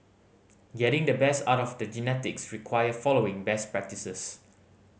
getting the best out of the genetics require following best practices